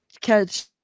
catch